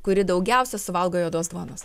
kuri daugiausiai suvalgo juodos duonos